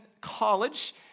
college